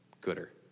gooder